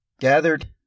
gathered